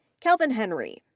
calvin henry,